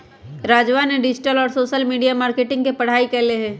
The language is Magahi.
राजवा ने डिजिटल और सोशल मीडिया मार्केटिंग के पढ़ाई कईले है